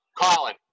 Colin